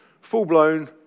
full-blown